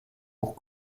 pour